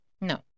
No